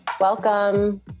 Welcome